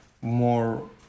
more